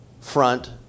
front